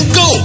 go